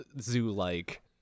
zoo-like